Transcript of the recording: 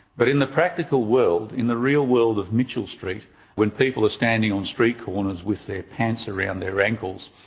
but in the practical world, in the real world of mitchell street when people are standing on street corners with their pants around their ankles,